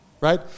right